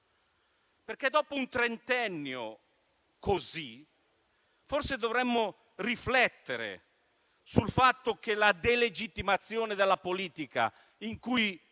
salari? Dopo un trentennio così, forse dovremmo riflettere sul fatto che la delegittimazione della politica, in cui